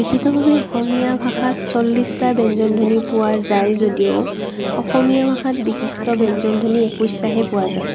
লিখিতভাৱে অসমীয়া ভাষাত চল্লিছটা ব্যঞ্জন ধ্বনি পোৱা যায় যদিও অসমীয়া ভাষাত বিশিষ্ট ব্যঞ্জন ধ্বনি একৈছটাহে পোৱা যায়